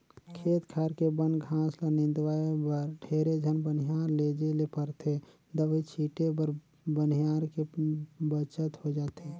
खेत खार के बन घास ल निंदवाय बर ढेरे झन बनिहार लेजे ले परथे दवई छीटे बर बनिहार के बचत होय जाथे